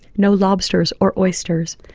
no lobsters or oysters.